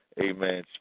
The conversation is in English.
Amen